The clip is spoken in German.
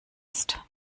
ist